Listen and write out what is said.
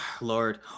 Lord